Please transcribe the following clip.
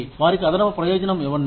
వారికి అదనపు ప్రయోజనం ఇవ్వండి